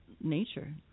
nature